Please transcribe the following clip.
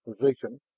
position